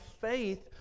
faith